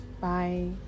Bye